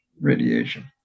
radiation